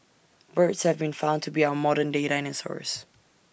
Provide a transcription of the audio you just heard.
birds have been found to be our modern day dinosaurs